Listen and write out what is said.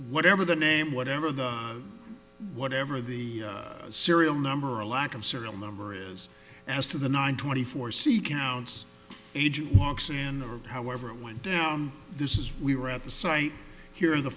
whatever the name whatever the whatever the serial number a lack of serial number is as to the nine twenty four c counts agent walks in however it went down this is we were at the site here the